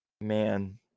Man